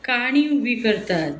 काणी उबी करतात